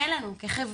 אין לנו כחברה,